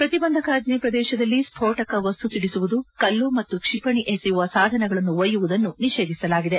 ಪ್ರತಿಬಂಧಕಾಜ್ಞೆ ಪ್ರದೇಶದಲ್ಲಿ ಸ್ಪೋಟಕ ವಸ್ತು ಸಿದಿಸುವುದು ಕಲ್ಲು ಮತ್ತು ಕ್ಷಿಪಣಿ ಎಸೆಯುವ ಸಾಧನಗಳನ್ನು ಒಯ್ಯುವುದನ್ನು ನಿಷೇಧಿಸಲಾಗಿದೆ